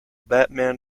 batman